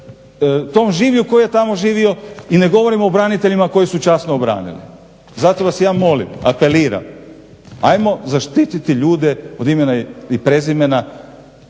tom življu koji je tamo živio i ne govorimo o braniteljima koji su časno obranili. Zato vas ja molim, apeliram ajmo zaštiti ljude od imena i prezimena